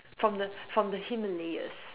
from the from the Himalayas